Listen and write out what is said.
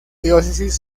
diócesis